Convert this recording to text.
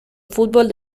fútbol